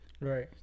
Right